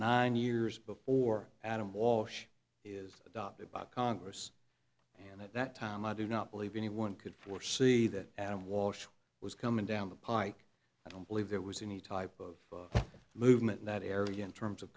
nine years before adam walsh is adopted by congress and at that time i do not believe anyone could foresee that adam walsh was coming down the pike i don't believe there was any type of movement in that area in terms of